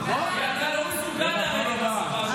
איך הם יבינו אותך,